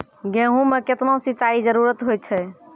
गेहूँ म केतना सिंचाई जरूरी होय छै?